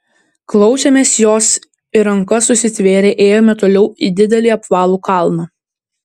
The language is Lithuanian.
klausėmės jos ir rankas susitvėrę ėjome toliau į didelį apvalų kalną